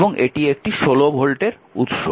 এবং এটি একটি 16 ভোল্টের উৎস